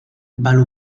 balle